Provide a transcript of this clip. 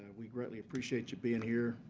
we greatly appreciate you being here.